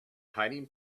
hiding